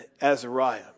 Azariah